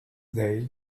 day